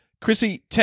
Chrissy